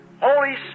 Holy